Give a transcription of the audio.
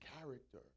character